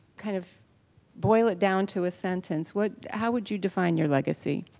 kind of boil it down to a sentence, what how would you define your legacy?